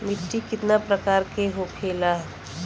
मिट्टी कितना प्रकार के होखेला?